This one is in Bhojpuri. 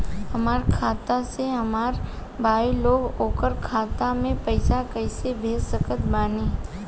हमार खाता से हमार भाई लगे ओकर खाता मे पईसा कईसे भेज सकत बानी?